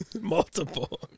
Multiple